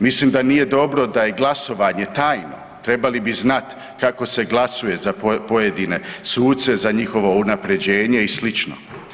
Mislim da nije dobro da je glasovanje tajno, trebali bi znat kako se glasuje za pojedine suce, za njihovo unapređenje i slično.